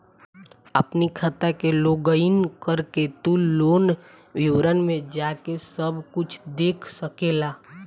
अपनी खाता के लोगइन करके तू लोन विवरण में जाके सब कुछ देख सकेला